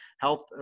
health